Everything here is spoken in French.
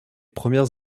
premières